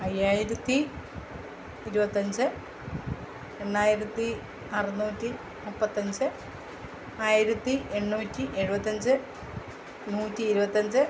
അയ്യായിരത്തി ഇരുപത്തഞ്ച് എണ്ണായിരത്തി അറുനൂറ്റി മുപ്പത്തഞ്ച് ആയിരത്തി എണ്ണൂറ്റി എഴുപത്തഞ്ച് നൂറ്റി ഇരുപത്തഞ്ച്